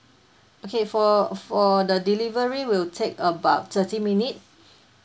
okay for for the delivery will take about thirty minute